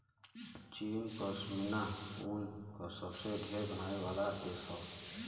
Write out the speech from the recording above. चीन पश्मीना ऊन क सबसे ढेर बनावे वाला देश हौ